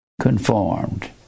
conformed